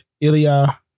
Ilya